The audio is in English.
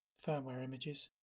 firmware images